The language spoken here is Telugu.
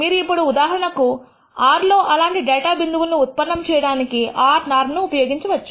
మీరు ఇప్పుడు ఉదాహరణకు r లో అలాంటి డేటా బిందువులను ఉత్పన్నము చేయడానికి r నార్మ్ ఉపయోగించవచ్చు